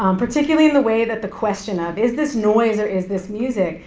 um particularly in the way that the question of, is this noise or is this music,